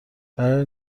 برای